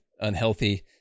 unhealthy